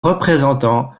représentants